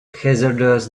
hazardous